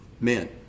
men